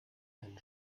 einen